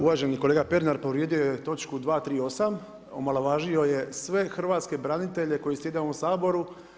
Uvaženi kolega Pernar povrijedio je točku 238., omalovažio je sve hrvatske branitelje koji sjede u ovom Saboru.